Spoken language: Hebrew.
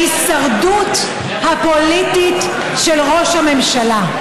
ההישרדות הפוליטית של ראש הממשלה.